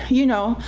you know,